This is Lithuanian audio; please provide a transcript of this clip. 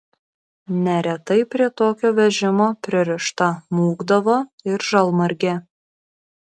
neretai prie tokio vežimo pririšta mūkdavo ir žalmargė